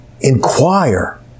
inquire